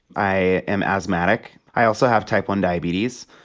i am asthmatic. i also have type one diabetes.